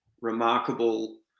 remarkable